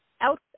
out